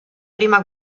prima